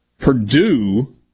Purdue